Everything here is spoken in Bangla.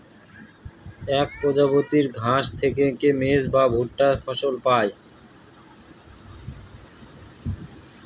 এক প্রজাতির ঘাস থেকে মেজ বা ভুট্টা ফসল পায়